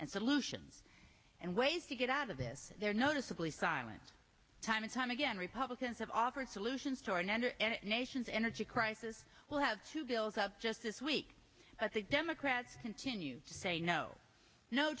and solutions and ways to get out of this they're noticeably silent time and time again republicans have offered solutions to our nation's energy crisis will have to build up just this week but the democrats continue to